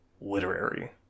literary